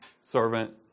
servant